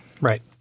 Right